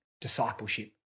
discipleship